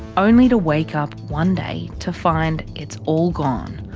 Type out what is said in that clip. only to wake up one day to find it's all gone.